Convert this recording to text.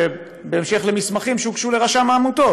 בהמשך למסמכים שהוגשו לרשם העמותות,